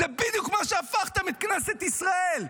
זה בדיוק מה שהפכתם את כנסת ישראל: